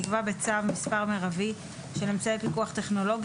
יקבע בצו מספר מרבי של אמצעי פיקוח טכנולוגי